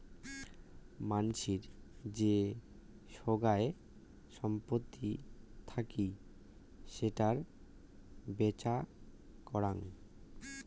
মানসির যে সোগায় সম্পত্তি থাকি সেটার বেপ্ছা করাং